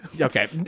okay